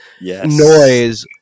noise